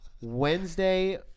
Wednesday